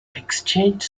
exchange